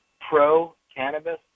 pro-cannabis